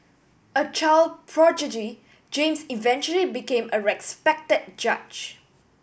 a child prodigy James eventually became a respected judge